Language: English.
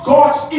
God's